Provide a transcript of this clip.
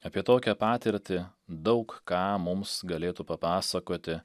apie tokią patirtį daug ką mums galėtų papasakoti